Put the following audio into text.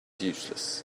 useless